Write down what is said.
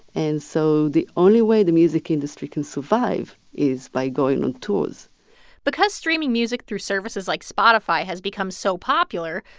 and so the only way the music industry can survive is by going on tours because streaming music through services like spotify has become so popular,